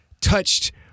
touched